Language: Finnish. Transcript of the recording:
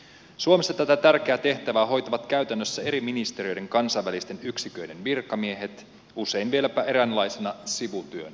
suomessa tätä tärkeää tehtävää hoitavat käytännössä eri ministeriöiden kansainvälisten yksiköiden virkamiehet usein vieläpä eräänlaisena sivutyönä